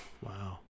Wow